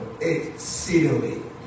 exceedingly